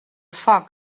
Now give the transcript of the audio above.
foc